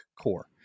core